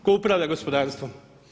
Tko upravlja gospodarstvom?